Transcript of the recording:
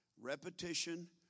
Repetition